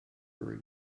very